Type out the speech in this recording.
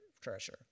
treasure